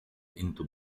into